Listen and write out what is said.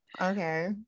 Okay